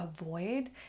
avoid